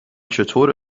چطور